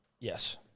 Yes